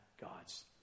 God's